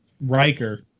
Riker